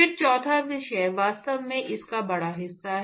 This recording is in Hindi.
फिर चौथा विषय वास्तव में इसका बड़ा हिस्सा है